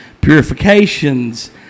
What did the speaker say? purifications